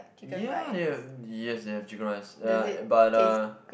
ya they have yes they have chicken rice uh but uh